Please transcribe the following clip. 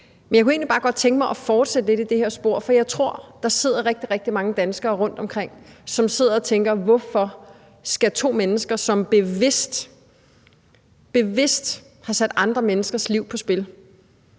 Jeg kunne egentlig bare godt tænke mig at fortsætte lidt i det her spor, for jeg tror, der sidder rigtig, rigtig mange danskere rundtomkring og tænker: Hvorfor skal to mennesker, som bevidst – bevidst – har sat andre menneskers liv på spil,